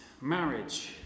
marriage